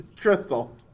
Crystal